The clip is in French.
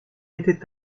était